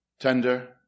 Tender